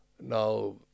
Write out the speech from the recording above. Now